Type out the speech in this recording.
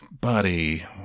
buddy